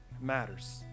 matters